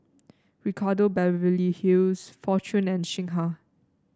Ricardo Beverly Hills Fortune and Singha